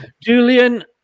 Julian